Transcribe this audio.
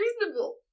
reasonable